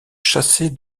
chasser